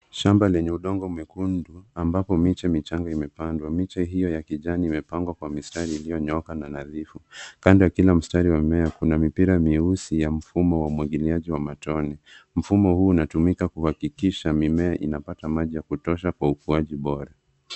Shamba lenye udongo mwekundu, ambapo miche michanga imepandwa. Miche hio ya kijani imepangwa kwa mistari iliyonyooka na nadhifu. Kando ya kila mstari wa mmea, kuna mipira mieusi ya mfumo wa umwagiliaji wa matone. Mfumo huu unatumika kuhakikisha mimea inapata maji ya kutosha kwa ukuaji bora.